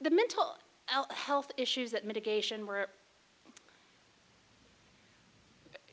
the mental health issues that mitigation were